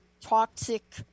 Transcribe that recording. toxic